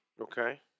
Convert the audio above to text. Okay